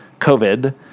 COVID